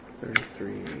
Thirty-three